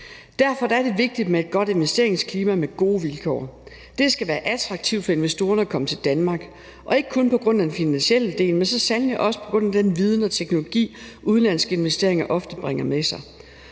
Derfor er det vigtigt med et godt investeringsklima med gode vilkår. Det skal være attraktivt for investorerne at komme til Danmark og ikke kun på grund af den finansielle del, men så sandelig også på grund af den viden og teknologi, udenlandske investeringer ofte bringer med sig,